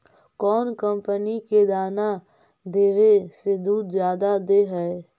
कौन कंपनी के दाना देबए से दुध जादा दे है?